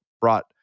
brought